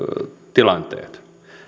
tilanteet